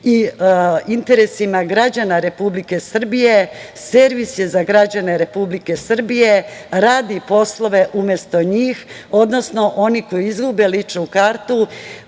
i interesima građana Republike Srbije, servis je za građane Republike Srbije, radi poslove umesto njih, odnosno oni koji izgube ličnu kartu